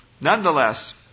nonetheless